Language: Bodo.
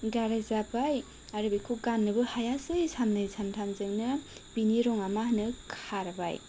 गाराय जाबाय आरो बेखौ गाननोबो हायासै साननै सानथामजोंनो बिनि रङा मा होनो खारबाय